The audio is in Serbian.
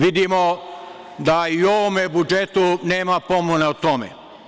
Vidimo da i u ovome budžetu nema pomena o tome.